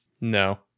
No